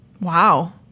Wow